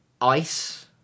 ice